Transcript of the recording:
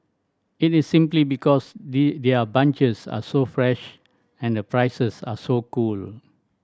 it is simply because they their bunches are so fresh and the prices are so cool